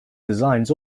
designs